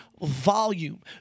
volume